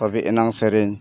ᱛᱚᱵᱮ ᱟᱱᱟᱝ ᱥᱮᱨᱮᱧ